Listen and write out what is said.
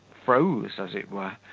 froze as it were,